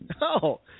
No